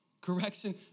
Correction